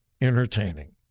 entertaining